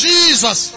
Jesus